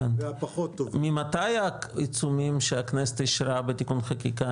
ממתי העיצומים שהכנסת אישרה בתיקון חקיקה,